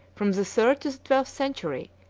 from the third to the twelfth century,